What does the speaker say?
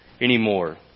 anymore